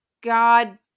God